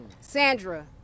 Sandra